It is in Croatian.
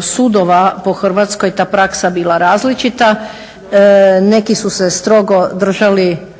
sudova po Hrvatskoj ta praksa bila različita. Neki su se strogo držali